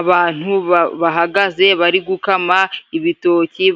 Abantu bahagaze bari gukama ibitoki